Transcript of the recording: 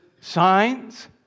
signs